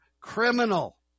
criminal